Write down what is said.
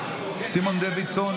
סימון דוידסון,